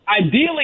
ideally